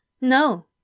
No